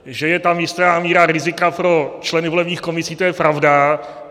Že je tam jistá míra rizika pro členy volebních komisí, to je pravda.